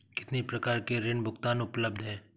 कितनी प्रकार के ऋण भुगतान उपलब्ध हैं?